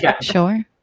Sure